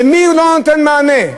למי הוא לא נותן מענה?